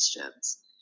questions